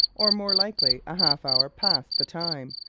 or more likely, a half hour past the time,